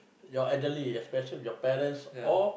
your elderly especially parents or